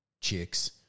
chicks